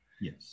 Yes